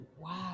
Wow